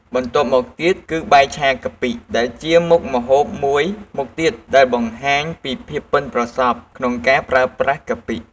បន្ទាប់មកទៀតគឺ បាយឆាកាពិ ដែលជាមុខម្ហូបមួយមុខទៀតដែលបង្ហាញពីភាពប៉ិនប្រសប់ក្នុងការប្រើប្រាស់កាពិ។